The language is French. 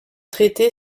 traité